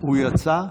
הוא יצא.